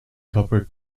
copper